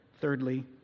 Thirdly